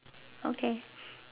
okay